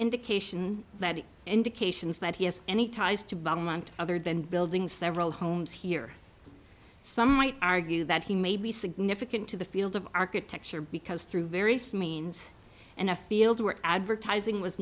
indication that indications that he has any ties to bomb and other than building several homes here some might argue that he may be significant to the field of architecture because through various means and a field where advertising was